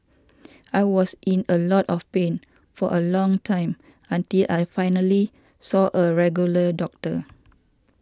I was in a lot of pain for a long time until I finally saw a regular doctor